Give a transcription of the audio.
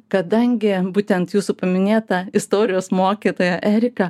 kadangi būtent jūsų paminėta istorijos mokytoja erika